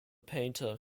painter